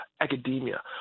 academia